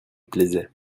plaisait